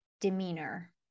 demeanor